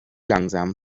langsam